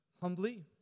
humbly